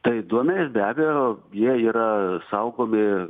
tai duomenys be abejo jie yra saugomi